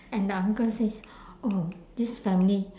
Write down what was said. and the uncle says oh this family